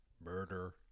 murder